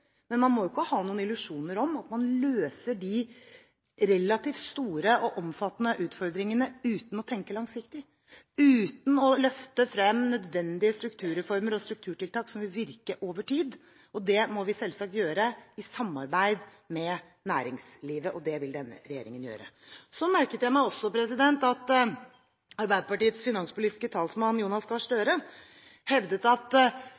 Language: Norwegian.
Men man må jo ikke ha noen illusjoner om at man løser de relativt store og omfattende utfordringene uten å tenke langsiktig, uten å løfte frem nødvendige strukturreformer og strukturtiltak som vil virke over tid. Det må vi selvsagt gjøre i samarbeid med næringslivet, og det vil denne regjeringen gjøre. Så merket jeg meg også at Arbeiderpartiets finanspolitiske talsmann Jonas Gahr Støre hevdet at